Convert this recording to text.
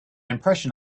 impression